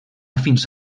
fins